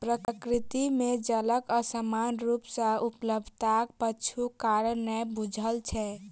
प्रकृति मे जलक असमान रूप सॅ उपलब्धताक पाछूक कारण नै बूझल छै